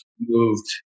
Moved